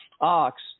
ox